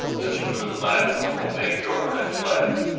this was the man from whom ajor had fled.